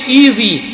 easy